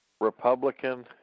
Republican